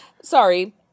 Sorry